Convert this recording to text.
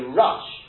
rush